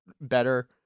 better –